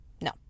no